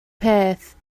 peth